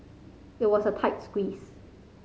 it was a tight squeeze